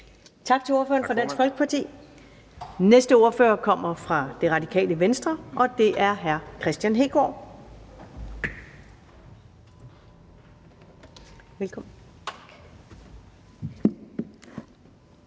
Tak til ordføreren for Dansk Folkeparti. Den næste ordfører kommer fra Det Radikale Venstre, og det er hr. Kristian Hegaard. Velkommen.